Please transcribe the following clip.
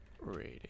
rating